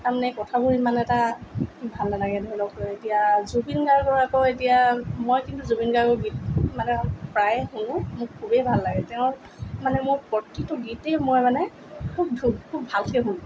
তাৰমানে কথাবোৰ ইমান এটা ভাল নালাগে ধৰি লওক এতিয়া জুবিন গাৰ্গৰ আকৌ এতিয়া মই কিন্তু জুবিন গাৰ্গৰ গীত মানে প্ৰায়ে শুনোঁ মোৰ খুবেই ভাল লাগে তেওঁৰ মানে মোৰ প্ৰতিটো গীতেই মই মানে খুব ধু খুব ভালকৈ শুনোঁ